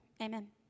Amen